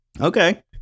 Okay